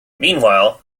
meanwhile